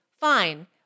fine